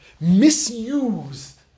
misused